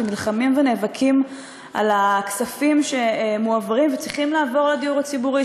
שנלחמים ונאבקים על הכספים שמועברים וצריכים לעבור לדיור הציבורי,